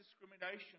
discrimination